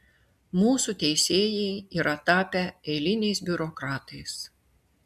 mūsų teisėjai yra tapę eiliniais biurokratais